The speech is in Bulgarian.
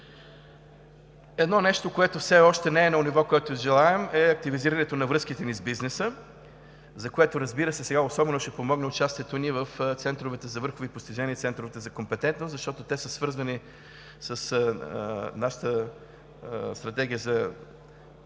Едно нещо, което все още не е на ниво, което желаем, е активизирането на връзките ни с бизнеса, за което, разбира се, сега особено ще помогне участието ни в центровете за върхови постижения и центровете за компетентност, защото те са свързани с нашата стратегия за